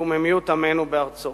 לקוממיות עמנו בארצו.